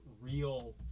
real